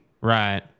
Right